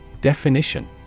Definition